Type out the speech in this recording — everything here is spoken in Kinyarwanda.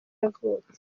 yavutse